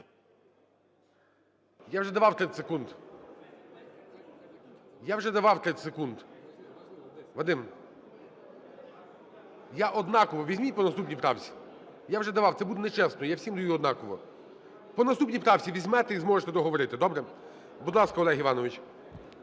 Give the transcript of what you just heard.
Я вже давав 30 секунд. Вадим, я однаково. Візьміть по наступній правці. Я вже давав. Це буде нечесно. Я всім даю однаково. По наступній правці візьмете і зможете договорити. Добре? Будь ласка, Олег Іванович.